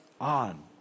on